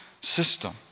system